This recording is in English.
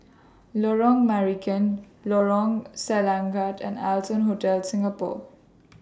Lorong Marican Lorong Selangat and Allson Hotel Singapore